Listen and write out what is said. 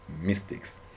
mistakes